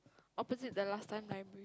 opposite the last time library